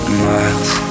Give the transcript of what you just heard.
miles